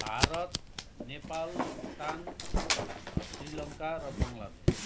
भारत नेपाल भुटान श्रीलङ्का र बङ्गलादेश